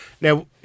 Now